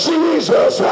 Jesus